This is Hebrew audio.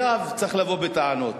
אליו צריך לבוא בטענות.